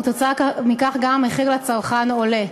וכתוצאה מכך המחיר לצרכן עולה.